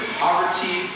poverty